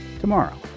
tomorrow